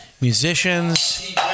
musicians